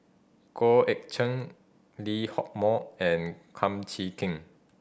Goh Eck Cheng Lee Hock Moh and Kum Chee Kin